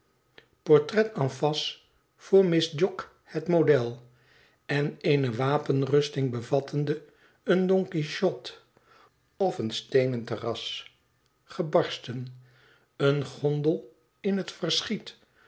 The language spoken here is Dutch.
portret en face voor miss jogg het model en eene wapenrusting bevattende een donquichot of een steenen terras gebarsten eene gondel in het verschiet